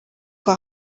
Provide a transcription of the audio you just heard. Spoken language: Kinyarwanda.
kwa